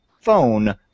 phone